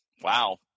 wow